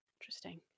Interesting